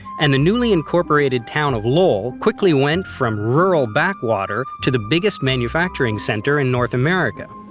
and the newly incorporated town of lowell quickly went from rural backwater to the biggest manufacturing center in north america.